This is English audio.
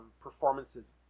performances